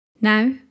Now